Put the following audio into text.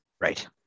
Right